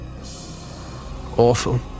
awful